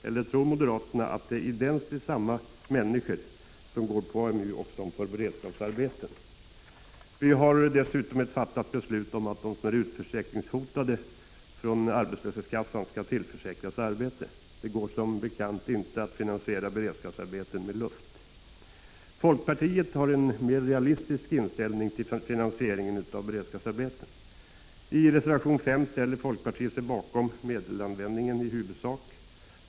Eller tror moderaterna att det är identiskt samma människor som går på AMU och som får beredskapsarbete? Vi har dessutom fattat beslut om att de som hotas av utförsäkring från arbetslöshetskassan skall tillförsäkras arbete. Det går som bekant inte att finansiera beredskapsarbeten med luft. Folkpartiet har en mer realistisk inställning till finansieringen av beredskapsarbeten. I reservation 5 ställer folkpartiet sig bakom medelsanvändningen i huvudsak.